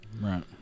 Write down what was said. right